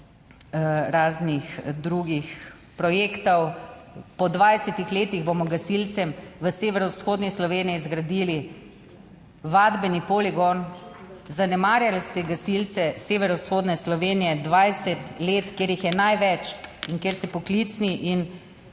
raznih drugih projektov. Po 20 letih bomo gasilcem v severovzhodni Sloveniji zgradili vadbeni poligon. Zanemarjali ste gasilce severovzhodne Slovenije 20 let, kjer jih je največ in kjer se poklicni in